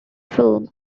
film